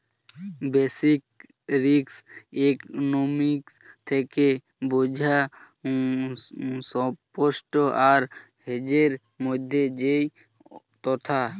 basic risk economics থেকে বোঝা spot আর হেজের মধ্যে যেই তফাৎ